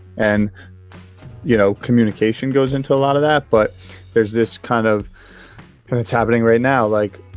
and you know communication goes into a lot of that, but there's this kind of it's happening right now. like,